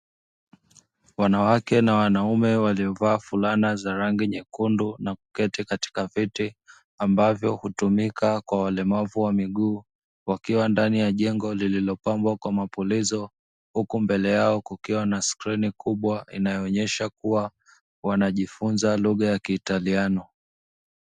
Wanawake na wanaume waliovaa fulana za rangi nyekundu na kuketi katika viti anbavyo hutumika na walemavu wa miguu wakiwa katika jengo lililopambwa kwa mapulizo, huku mbele yao kukiwa na skrini kubwa inayoonyesha kuwa wanajifunza lugha ya kiitaliano.